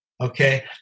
okay